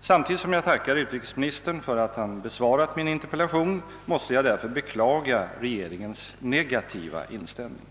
Samtidigt som jag tackar utrikesministern för att han besvarat min interpellation, måste jag därför beklaga regeringens negativa inställning.